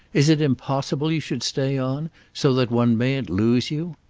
is it impossible you should stay on so that one mayn't lose you?